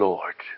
Lord